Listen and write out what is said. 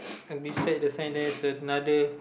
and beside the sign there is another